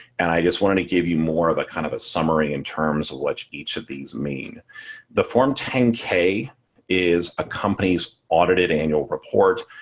and i just wanted to give you more of a kind of a summary in terms of what each of these mean the form ten k is a company's audited annual report.